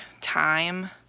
time